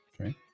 Okay